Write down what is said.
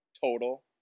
total